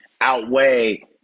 outweigh